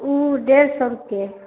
ओ डेढ़ सए रुपैए